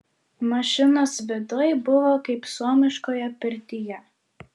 mašinos viduj buvo kaip suomiškoje pirtyje